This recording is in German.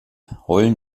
heulen